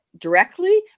directly